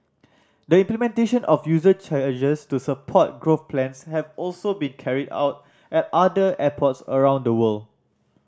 the implementation of user charges to support growth plans have also been carried out at other airports around the world